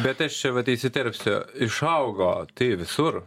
bet aš čia vat įsiterpsiu išaugo tai visur